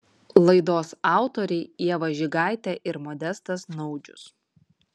laidos autoriai ieva žigaitė ir modestas naudžius